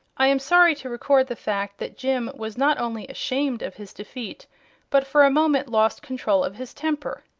i am sorry to record the fact that jim was not only ashamed of his defeat but for a moment lost control of his temper.